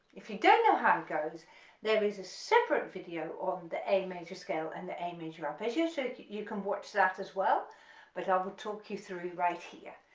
if you don't know how it goes there is a separate video on the a major scale and the a major arpeggio, so you can watch that as well but i will talk you through right here.